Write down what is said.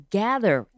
gather